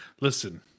Listen